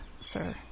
sir